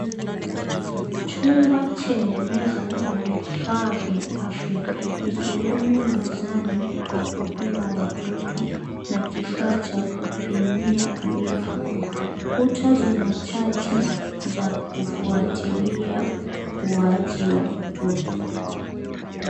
Chumba chenye meza na vifaa vya afya ikiwemo mizani ya kupima watoto na kifaa cha kupimia urefu. Kuta zina chati za kufuatilia ukuwaji wa watoto.